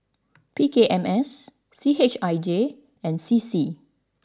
P K M S C H I J and C C